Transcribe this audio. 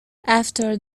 after